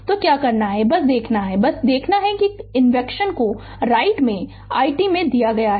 तो क्या करना है बस देखना है बस देखना है कि इक्वेशन को राइट में i t में दिया गया है